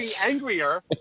angrier